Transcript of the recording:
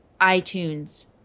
iTunes